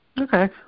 Okay